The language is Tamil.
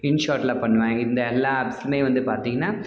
இன்ஷாட்டில் பண்ணுவேன் இந்த எல்லா ஆப்ஸுமே வந்து பார்த்தீங்கன்னா